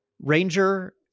ranger